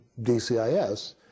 DCIS